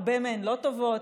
הרבה מהן לא טובות.